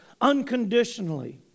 unconditionally